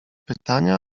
pytania